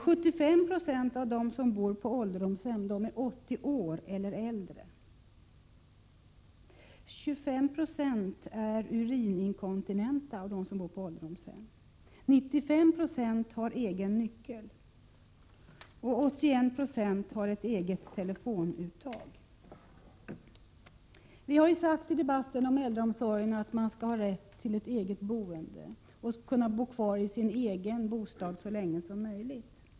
75 20 av dem som bor på ålderdomshem är 80 år eller äldre. 25 90 är urininkontinenta. 95 20 har egen nyckel. 81 90 har eget telefonuttag. I debatten om äldreomsorgen har vi sagt att människor skall ha rätt till eget boende och kunna bo kvar i sin egen bostad så länge som möjligt.